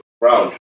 round